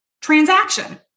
transaction